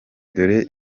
dore